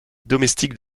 domestique